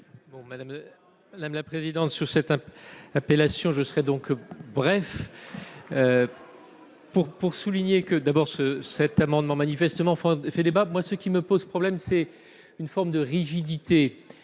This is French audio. Madame la présidente, sous cette appellation, je serai donc bref pour pour souligner que d'abord ce cet amendement manifestement France fait débat, moi ce qui me pose problème, c'est une forme de rigidité